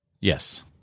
Yes